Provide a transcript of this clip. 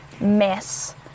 mess